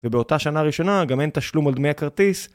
ובאותה שנה ראשונה גם אין תשלום על דמי הכרטיס